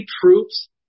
troops